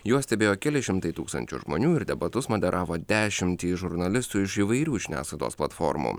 juos stebėjo keli šimtai tūkstančių žmonių ir debatus moderavo dešimtys žurnalistų iš įvairių žiniasklaidos platformų